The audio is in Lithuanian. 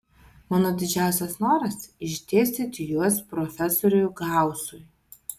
mano didžiausias noras išdėstyti juos profesoriui gausui